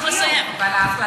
זה לא יכול